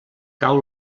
cau